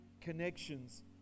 connections